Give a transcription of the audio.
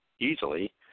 easily